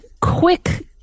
quick